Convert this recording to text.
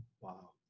Wow